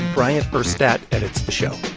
bryant urstadt edits the show